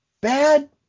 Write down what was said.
bad